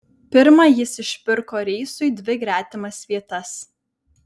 pirma jis išpirko reisui dvi gretimas vietas